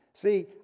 See